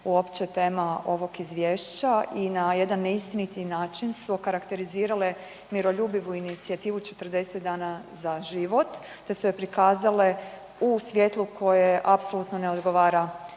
uopće tema ovog izvješća i na jedan neistiniti način su okarakterizirale miroljubivu inicijativu 40 dana za život te su je prikazale u svjetlu koje apsolutno ne odgovara